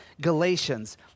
Galatians